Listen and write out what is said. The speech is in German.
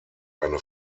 eine